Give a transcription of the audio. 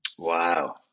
Wow